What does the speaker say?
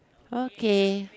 okay